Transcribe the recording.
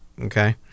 okay